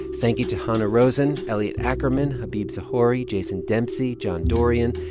thank you to hanna rosin, elliot ackerman, habib zahori, jason dempsey, john dorrian,